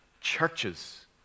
churches